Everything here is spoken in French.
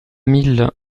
mille